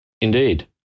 indeed